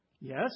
Yes